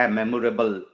memorable